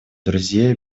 друзей